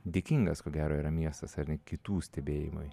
dėkingas ko gero yra miestas ar ne kitų stebėjimui